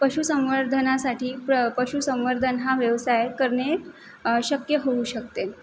पशुसंवर्धनासाठी प्र पशुसंवर्धन हा व्यवसाय करणे शक्य होऊ शकते